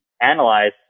analyze